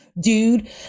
dude